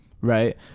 Right